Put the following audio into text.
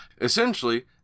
Essentially